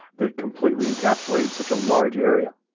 they completely encapsulated such a large area.